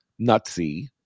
nutsy